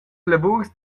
lavurs